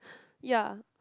ya